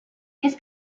his